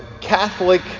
catholic